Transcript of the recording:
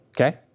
Okay